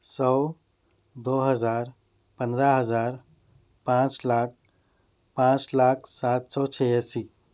سو دو ہزار پندرہ ہزار پانچ لاکھ پانچ لاکھ سات سو چھیاسی